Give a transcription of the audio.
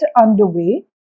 underway